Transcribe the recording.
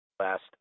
Last